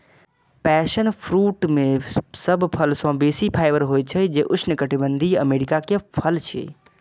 passion fruit मे सब फल सं बेसी फाइबर होइ छै, जे उष्णकटिबंधीय अमेरिका के फल छियै